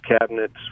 cabinets